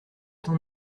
ton